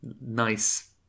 nice